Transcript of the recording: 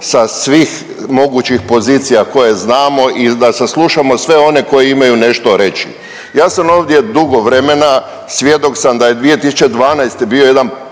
sa svih mogućih pozicija koje znamo i da saslušamo sve one koji imaju nešto reći. Ja sam ovdje dugo vremena, svjedok sam da je 2012. bio jedan,